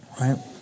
Right